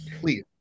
please